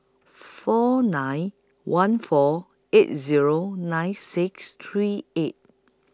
nine four one four eight Zero nine six three eight